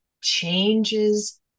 changes